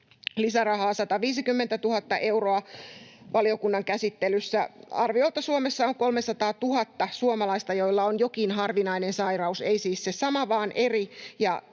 lisärahaa 150 000 euroa valiokunnan käsittelyssä. Arviolta Suomessa on 300 000 suomalaista, joilla on jokin harvinainen sairaus — ei siis se sama vaan eri